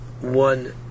one